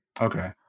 Okay